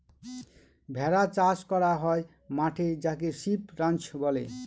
ভেড়া চাষ করা হয় মাঠে যাকে সিপ রাঞ্চ বলে